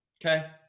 okay